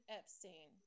Epstein